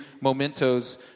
mementos